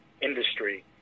industry